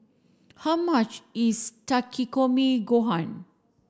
how much is Takikomi Gohan